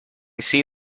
see